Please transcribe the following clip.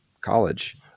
college